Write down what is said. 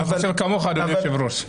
אני חושב כמוך, אדוני היושב-ראש.